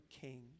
king